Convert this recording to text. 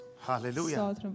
Hallelujah